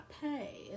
pay